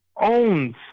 owns